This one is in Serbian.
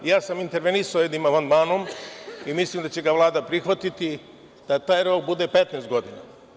Ja sam intervenisao jednim amandmanom, mislim da će ga Vlada prihvatiti, da taj rok bude 15 godina.